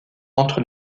entre